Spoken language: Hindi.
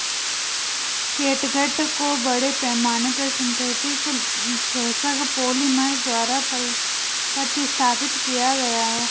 कैटगट को बड़े पैमाने पर सिंथेटिक शोषक पॉलिमर द्वारा प्रतिस्थापित किया गया है